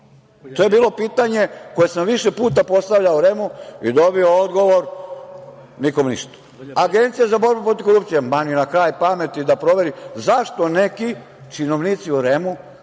To je bilo pitanje koje sam više puta postavljao REM-u i dobio odgovor nikom ništa. Agencija za borbu protiv korupcije, ma ni na kraj pameti da proveri zašto neki činovnici u REM-u